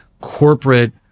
corporate